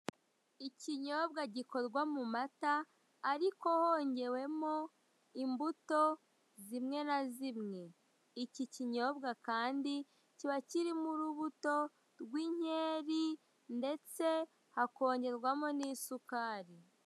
Ikinyobwa gikorwa mu mata ariko hongewemo imbuto zimwe na zimwe, iki kinyobwa kandi kiba kirimo urubuto rw'inkeri ndetse hakongerwamo n'isukari.